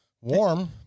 Warm